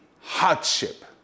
hardship